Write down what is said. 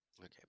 Okay